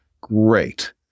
Great